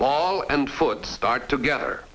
ball and foot start together